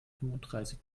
fünfunddreißig